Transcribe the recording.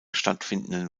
stattfindenden